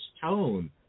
tone